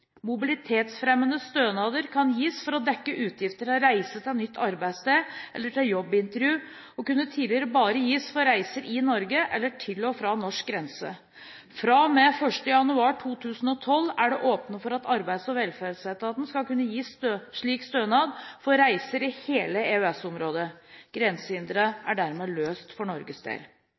Mobilitetsfremmende stønader kan gis for å dekke utgifter til reise til nytt arbeidssted eller til jobbintervju og kunne tidligere bare gis for reiser i Norge eller til og fra norsk grense. Fra og med 1. januar 2012 er det åpnet for at arbeids- og velferdsetaten skal kunne gi slik stønad for reiser i hele EØS-området. Grensehindret er dermed løst for Norges del.